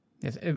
Yes